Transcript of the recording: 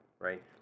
Right